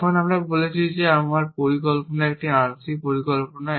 এখন আমি বলেছি যে আমার পরিকল্পনা একটি আংশিক পরিকল্পনা